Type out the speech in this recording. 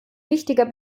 wichtiger